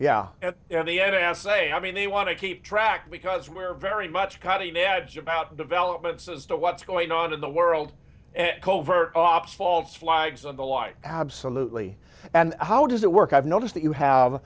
yeah at the n s a i mean they want to keep track because we're very much cutting edge about developments as to what's going on in the world and covert ops false flags on the lie absolutely and how does it work i've noticed that you have